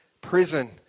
prison